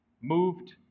moved